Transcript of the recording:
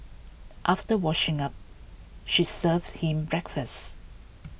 after washing up she serves him breakfast